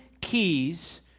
keys